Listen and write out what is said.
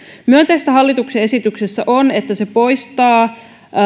myönteistä hallituksen esityksessä on että se poistaa